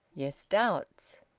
yes, doubts!